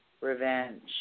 revenge